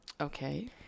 okay